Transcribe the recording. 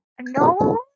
No